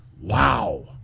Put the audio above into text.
Wow